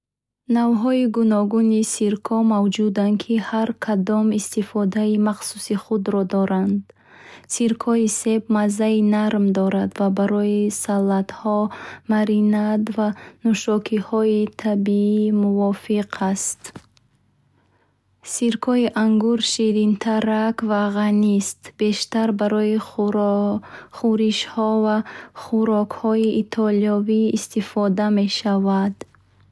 Навъҳои гуногуни сирко мавҷуданд, ки ҳар кадом истифодаи махсуси худро доранд. Сиркои себ маззаи нарм дорад ва барои салатҳо, маринад ва нӯшокиҳои табиӣ мувофиқ аст. Сиркои ангур ширинтарак ва ғанист, бештар барои хӯришҳо ва хӯрокҳои итолиёвӣ истифода мешавад.